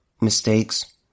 mistakes